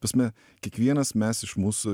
prasme kiekvienas mes iš mūsų